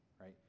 right